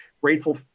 grateful